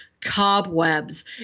cobwebs